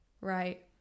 right